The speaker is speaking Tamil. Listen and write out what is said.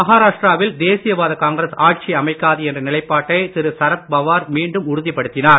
மகாராஷ்டிராவில் தேசிய வாத காங்கிரஸ் ஆட்சி அமைக்காது என்ற நிலைப்பாட்டை திரு சரத் பவார் மீண்டும் உறுதிப்படுத்தினார்